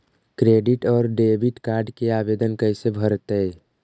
Credit और debit card के आवेदन कैसे भरैतैय?